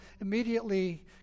immediately